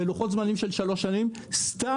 ולוחות זמנים של שלוש שנים סתם,